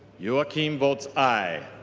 youakim votes aye.